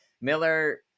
Miller